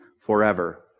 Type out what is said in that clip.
forever